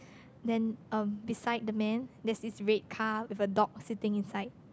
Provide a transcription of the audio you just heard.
then um beside the man there's this red car with a dog sitting inside